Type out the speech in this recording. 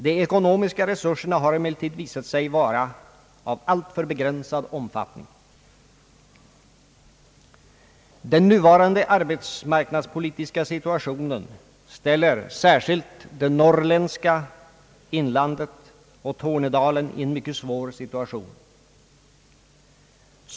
De ekonomiska resurserna har emellertid visat sig alltför begränsade. Den nuvarande arbetsmarknadspolitiska situationen ställer särskilt det norrländska inlandet och Tornedalen i en mycket svår situation.